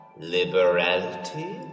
Liberality